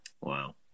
wow